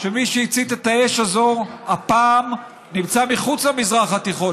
מי שהצית את האש הזו הפעם נמצא מחוץ למזרח התיכון.